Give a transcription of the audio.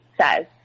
says